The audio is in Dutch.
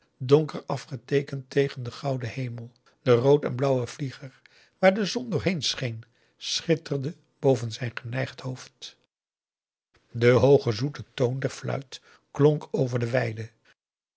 donker afgeteekend tegen den gouden hemel de rood en blauwe vlieger waar de zon doorheen scheen schitterde boven zijn geneigd hoofd de hooge zoete toon der fluit klonk over de weide